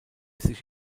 sich